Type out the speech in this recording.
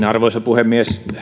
arvoisa puhemies